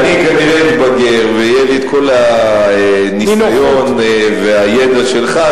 כנראה כשאני אתבגר ויהיו לי כל הניסיון והידע שלך,